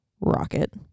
Rocket